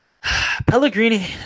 Pellegrini